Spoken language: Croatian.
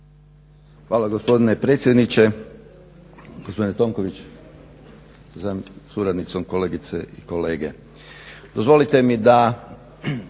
Hvala gospodine predsjedniče, gospodine Tonković sa suradnicom, kolegice i kolege. Dozvolite mi da